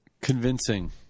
Convincing